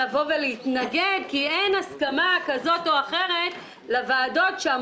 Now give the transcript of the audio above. לבוא ולהתנגד לוועדות כי אין הסכמה כזאת או אחרת בנוגע לוועדות.